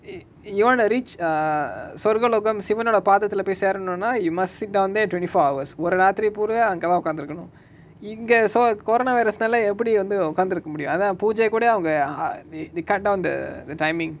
you wanna reach err சொர்கலோகம்:sorkalokam sivan ஓட பாததுல போய் சேரனுனா:oda paathathula poai seranuna you must sit down there twenty four hours ஒரு ராத்திரி பூரா அங்கதா உக்காந்து இருக்கனு இங்க:oru raathiri poora angathaa ukkaanthu irukanu inga so coronavirus னால எப்டி வந்து உக்காந்து இருக்க முடியு அதா பூஜ கூட அவங்க:naala epdi vanthu ukkanthu iruka mudiyu atha pooja kooda avanga ah they they cut down the timing